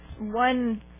one